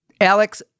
Alex